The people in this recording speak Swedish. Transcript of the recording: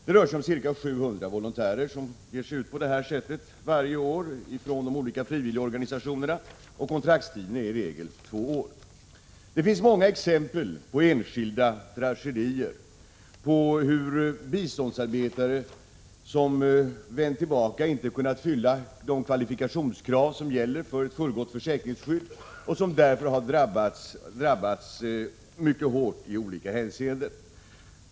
Det rör sig om ca 700 volontärer som ger sig ut på det här sättet varje år från de olika frivilligorganisationerna, och kontraktstiden är i regel två år. Det finns många exempel på enskilda tragedier, på hur biståndsarbetare som vänt tillbaka inte har kunnat fylla de kvalifikationskrav som gäller för ett fullgott försäkringsskydd och därför har drabbats mycket hårt i olika hänseenden.